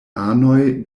anoj